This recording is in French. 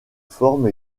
forme